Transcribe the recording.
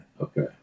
Okay